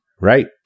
right